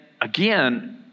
again